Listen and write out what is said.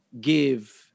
give